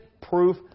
proof